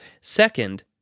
Second